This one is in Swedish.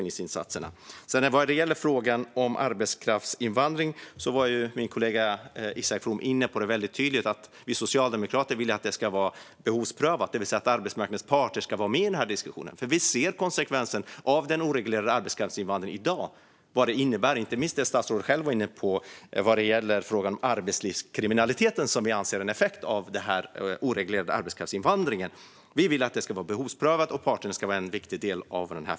När det gäller arbetskraftsinvandring var min kollega Isak From tydlig med att vi socialdemokrater vill att den ska vara behovsprövad, det vill säga att arbetsmarknadens parter ska vara med i diskussionen. Vi ser vad den oreglerade arbetskraftsinvandringen får för konsekvenser, inte minst det statsrådet var inne på, nämligen arbetslivskriminalitet. Vi vill som sagt att arbetskraftsinvandringen ska vara behovsprövad och att parterna ska vara en viktig del i detta.